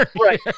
Right